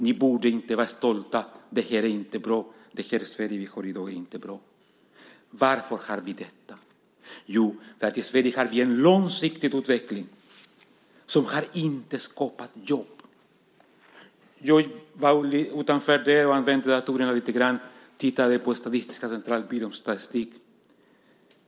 Ni borde inte vara stolta. Det Sverige vi har i dag är inte bra. Varför har vi detta? Jo, därför att i Sverige har vi haft en långsiktig utveckling som inte har skapat jobb. Jag använde nyss datorerna härutanför lite grann och tittade på Statistiska centralbyråns statistik.